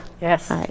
Yes